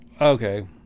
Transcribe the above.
Okay